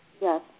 Yes